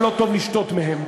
אבל לא טוב לשתות מהם.